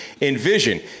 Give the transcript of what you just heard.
Envision